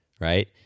right